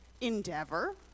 endeavor